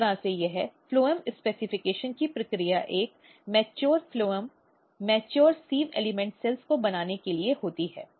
इस तरह से यह फ्लोएम विनिर्देश की प्रक्रिया एक परिपक्व फ्लोएम परिपक्व सिव़ एलिमेंट कोशिकाओं को बनाने के लिए होती है